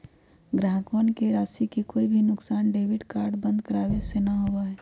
ग्राहकवन के राशि के कोई भी नुकसान डेबिट कार्ड बंद करावे से ना होबा हई